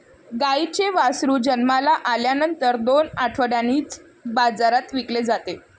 गाईचे वासरू जन्माला आल्यानंतर दोन आठवड्यांनीच बाजारात विकले जाते